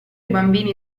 bambini